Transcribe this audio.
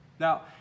Now